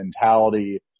mentality